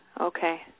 Okay